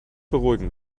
beruhigen